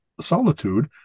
solitude